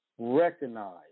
recognize